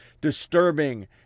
Disturbing